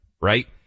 right